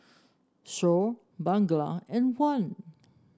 Shoaib Bunga and Wan